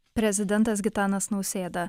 prezidentas gitanas nausėda